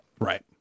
Right